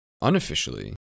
Unofficially